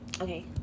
okay